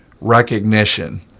recognition